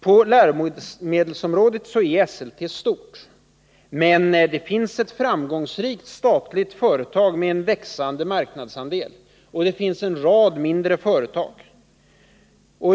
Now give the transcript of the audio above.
På läromedelsområdet är Esselte stort — men det finns ett framgångsrikt statligt förlag med en växande marknadsandel och en rad mindre förlag.